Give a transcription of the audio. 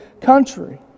country